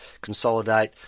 consolidate